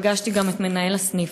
פגשתי גם את מנהל הסניף.